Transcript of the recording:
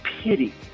pity